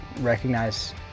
recognize